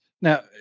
Now